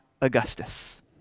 Augustus